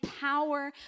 power